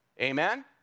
amen